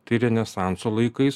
tai renesanso laikais